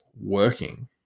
working